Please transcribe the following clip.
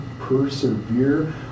persevere